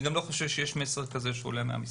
לדעתי אין מסר כזה שעולה מהמשרד.